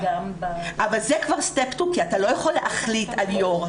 אבל זה כבר הצעד השני כי אתה לא יכול להחליט על יו"ר.